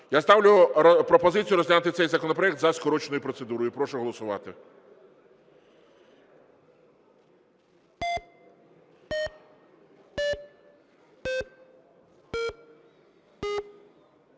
Я ставлю пропозицію розглянути цей законопроект за скороченою процедурою. Прошу голосувати.